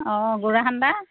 অঁ গুড়া সান্দাহ